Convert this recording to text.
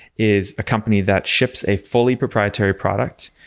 is a company that ships a fully proprietary product